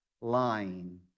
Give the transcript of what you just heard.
lying